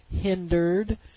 hindered